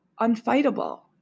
unfightable